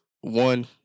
one